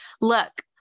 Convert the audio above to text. look